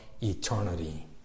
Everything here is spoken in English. eternity